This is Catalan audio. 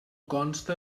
consta